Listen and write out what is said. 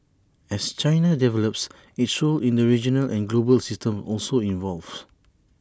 as China develops its role in the regional and global system also evolves